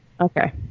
Okay